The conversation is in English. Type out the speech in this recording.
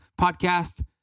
podcast